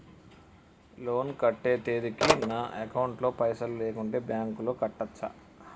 Loan కట్టే తేదీకి నా అకౌంట్ లో పైసలు లేకుంటే బ్యాంకులో కట్టచ్చా?